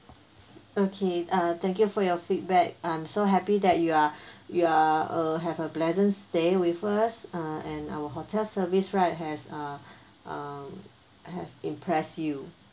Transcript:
okay uh thank you for your feedback I'm so happy that you are you are uh have a pleasant stay with us uh and our hotel service right has uh um have impressed you